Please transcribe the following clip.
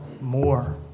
more